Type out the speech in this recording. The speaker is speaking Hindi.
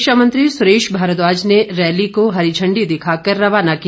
शिक्षा मंत्री सुरेश भारद्वाज ने रैली को हरी झंडी दिखाकर रवाना किया